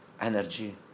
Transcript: energy